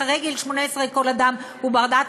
אחרי גיל 18 כל אדם הוא בר-דעת,